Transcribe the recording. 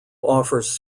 offers